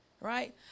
right